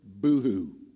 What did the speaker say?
Boo-hoo